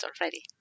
already